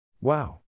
Wow